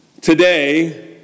Today